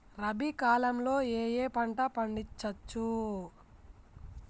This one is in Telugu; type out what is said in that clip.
రబీ కాలంలో ఏ ఏ పంట పండించచ్చు?